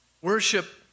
worship